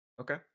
okay